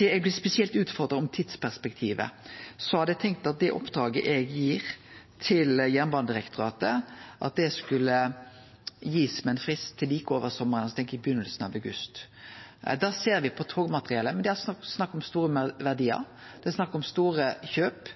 Eg blei spesielt utfordra om tidsperspektivet. Eg hadde tenkt at det oppdraget eg gir til Jernbanedirektoratet, skulle ha ein frist til like over sommaren, då tenkjer eg i byrjinga av august. Då ser me på togmateriellet, men det er altså snakk om store verdiar, det er snakk om store kjøp,